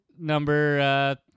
Number